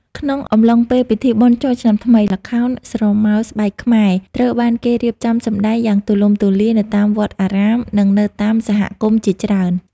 ក្នុងអំឡុងពេលពិធីបុណ្យចូលឆ្នាំថ្មី ល្ខោនស្រមោលស្បែកខ្មែរ ត្រូវបានគេរៀបចំសម្តែងយ៉ាងទូលំទូលាយនៅតាមវត្តអារាម និងនៅតាមសហគមន៍ជាច្រើន។